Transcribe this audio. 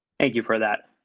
thank you for that,